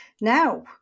Now